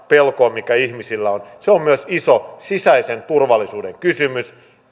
pelkoon mikä ihmisillä on se on myös iso sisäisen turvallisuuden kysymys